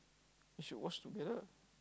we should watch together